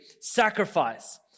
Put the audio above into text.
sacrifice